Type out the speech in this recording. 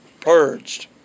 purged